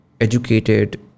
educated